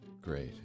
Great